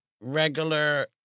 regular